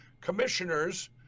commissioners